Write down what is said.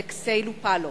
אלכסיי לופאלו,